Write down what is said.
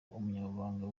umunyamabanga